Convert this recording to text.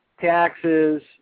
taxes